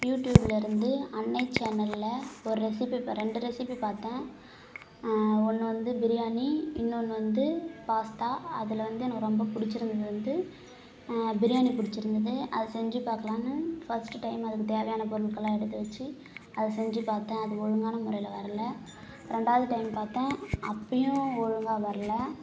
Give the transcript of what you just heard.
யூடியூப்பில் இருந்து அன்னை சேனலில் ஒரு ரெசிபி இப்போ ரெண்டு ரெசிபி பார்த்தன் ஒன்று வந்து பிரியாணி இன்னொன்று வந்து பாஸ்தா அதில் வந்து எனக்கு ரொம்ப பிடிச்சிருந்தது வந்து பிரியாணி பிடிச்சிருந்தது அதை செஞ்சு பார்க்கலான்னு ஃபர்ஸ்டு டைம் அதுக்கு தேவையான பொருட்கள் எல்லாம் எடுத்து வச்சி அதை செஞ்சு பார்த்தன் அது ஒழுங்கான முறையில் வரல ரெண்டாவது டைம் பார்த்தன் அப்பையும் ஒழுங்காக வரல